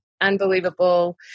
unbelievable